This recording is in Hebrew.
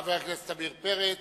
חבר הכנסת עמיר פרץ,